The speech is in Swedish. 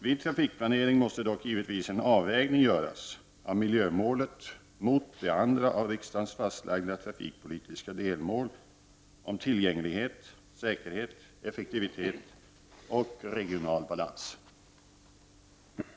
Vid trafikplanering måste dock givetvis en avvägning göras av miljömålet mot de andra av riksdagen fastslagna trafikpolitiska delmålen om tillgänglighet, säkerhet, effektivitet och regional balans.